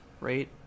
right